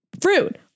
fruit